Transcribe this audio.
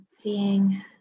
seeing